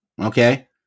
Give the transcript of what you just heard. Okay